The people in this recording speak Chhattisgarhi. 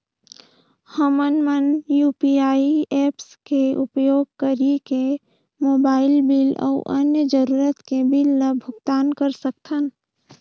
हमन मन यू.पी.आई ऐप्स के उपयोग करिके मोबाइल बिल अऊ अन्य जरूरत के बिल ल भुगतान कर सकथन